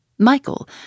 Michael